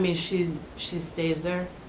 mean, she she stays there.